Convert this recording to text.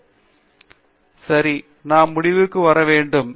பேராசிரியர் பிரதாப் ஹரிதாஸ் சரி நாம் முடிவுக்கு வர வேண்டும்